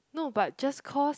no but just cause